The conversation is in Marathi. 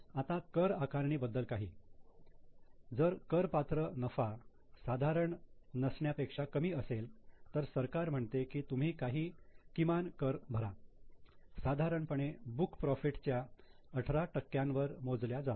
आता कर आकारणी बद्दल काही जर करपात्र नफा साधारण नसण्यापेक्षा कमी असला तर सरकार म्हणते की तुम्ही काही किमान कर भरा साधारणपणे बुक प्रॉफिट च्या 18 टक्क्यांवर मोजल्या जातो